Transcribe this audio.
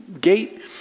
gate